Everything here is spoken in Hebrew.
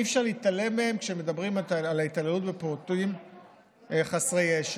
אי-אפשר להתעלם מהם כשמדברים על ההתעללות בפעוטות חסרי ישע.